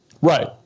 Right